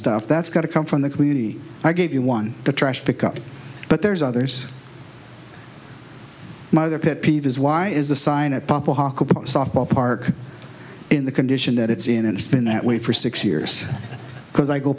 stuff that's got to come from the community i gave you one the trash pickup but there's others mother pet peeve is why is the sign at pump a softball park in the condition that it's in and it's been that way for six years because i go